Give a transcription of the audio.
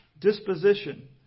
disposition